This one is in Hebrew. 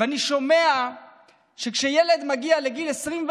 ואני שומע שכשילד מגיע לגיל 21